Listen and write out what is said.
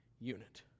unit